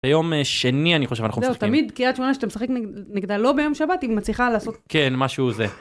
ביום שני, אני חושב, אנחנו משחקים. -זהו, תמיד, קריית שמונה כשאתה משחק נגדה לא ביום שבת, היא מצליחה לעשות... -כן, משהו... זה.